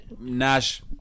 Nash